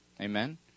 Amen